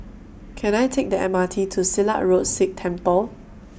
Can I Take The M R T to Silat Road Sikh Temple